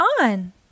on